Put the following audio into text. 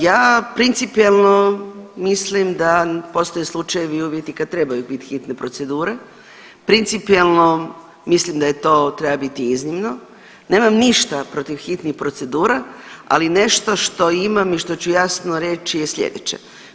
Ja principijelno mislim da postoje slučajevi i uvjeti kad trebaju bit hitne procedure, principijelno mislim da je to, treba biti iznimno, nemam ništa protiv hitnih procedura, ali nešto što imam i što ću jasno reći je slijedeće.